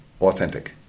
authentic